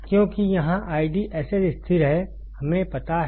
क्योंकि यहां IDSS स्थिर है हमें पता है